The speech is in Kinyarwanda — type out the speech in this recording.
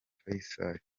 faycal